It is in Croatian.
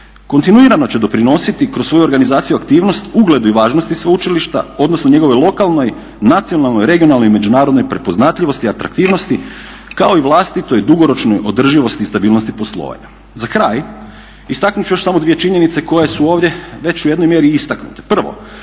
Kontinuirano će doprinositi kroz svoju organizaciju aktivnost ugledu i važnosti sveučilišta, odnosno njegovoj lokalnoj, nacionalnoj, regionalnoj i međunarodnoj prepoznatljivosti, atraktivnosti kao i vlastitoj dugoročnoj održivosti i stabilnosti poslovanja. Za kraj, istaknut ću još samo dvije činjenice koje su ovdje već u jednoj mjeri i istaknute.